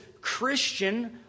Christian